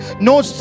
no